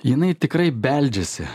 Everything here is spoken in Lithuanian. jinai tikrai beldžiasi